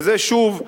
וזה שוב,